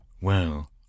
Well